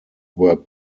were